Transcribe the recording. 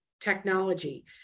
technology